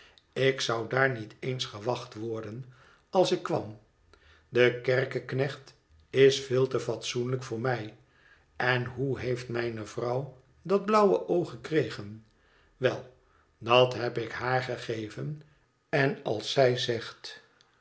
ik zou daar niet eens gewacht worden als ik kwam de kerkeknecht is veel te fatsoenlijk voor mij en hoe heeft mijne vrouw dat blauwe oog gekregen wel dat heb ik haar gegeven en als zij zegt